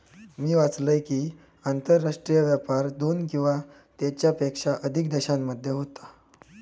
मी वाचलंय कि, आंतरराष्ट्रीय व्यापार दोन किंवा त्येच्यापेक्षा अधिक देशांमध्ये होता